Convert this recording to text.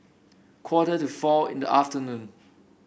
quarter to four in the afternoon